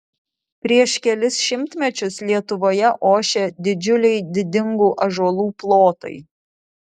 prieš kelis šimtmečius lietuvoje ošė didžiuliai didingų ąžuolų plotai